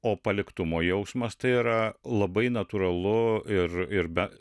o paliktumo jausmas tai yra labai natūralu ir ir be